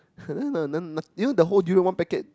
you know the whole durian one packet